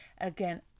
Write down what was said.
again